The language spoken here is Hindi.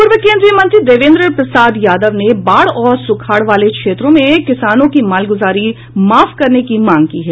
पूर्व केंद्रीय मंत्री देवेन्द्र प्रसाद यादव ने बाढ़ और सुखाड़ वाले क्षेत्रों में किसानों की मालगुजारी माफ करने की मांग की है